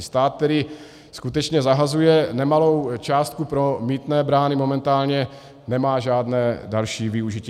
Stát tedy skutečně zahazuje nemalou částku, pro mýtné brány momentálně nemá žádné další využití.